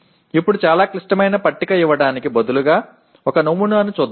இப்போது மிகவும் சிக்கலான அட்டவணையை கொடுப்பதற்கு பதிலாக ஒரு மாதிரியைப் பார்ப்போம்